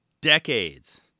decades